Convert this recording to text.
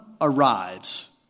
arrives